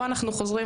פה אנחנו חוזרים,